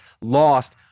lost